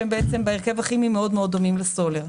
שהם מאוד דומים לסולר.